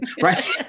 right